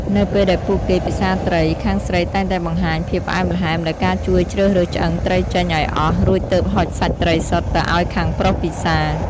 នៅពេលដែលពួកគេពិសារត្រី ខាងស្រីតែងតែបង្ហាញភាពផ្អែមល្ហែមដោយការជួយជ្រើសរើសឆ្អឹងត្រីចេញឱ្យអស់ រួចទើបហុចសាច់ត្រីសុទ្ធទៅឱ្យខាងប្រុសពិសារ។